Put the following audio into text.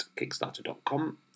Kickstarter.com